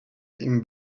him